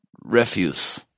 refuse